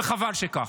וחבל שכך.